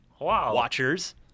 watchers